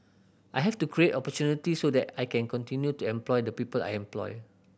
I have to create opportunity so that I can continue to employ the people I employ